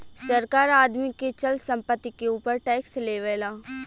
सरकार आदमी के चल संपत्ति के ऊपर टैक्स लेवेला